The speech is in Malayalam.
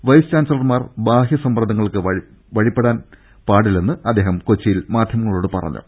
വൈസ് ചാൻസലർമാർ ബാഹ്യസമ്മർദ്ധങ്ങൾക്ക് വഴങ്ങാൻ പാടില്ലെന്ന് അദ്ദേഹം കൊച്ചിയിൽ മാധ്യ മങ്ങളോട് പറഞ്ഞു